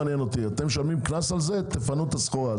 אתם משלמים קנס על זה תפנו את הסחורה.